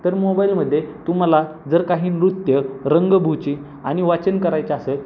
तर मोबाईलमध्ये तुम्हाला जर काही नृत्य रंगभूची आणि वाचन करायचे असेल